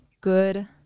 good